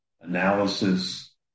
analysis